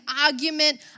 argument